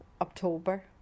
October